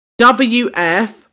WF